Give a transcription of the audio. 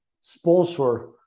sponsor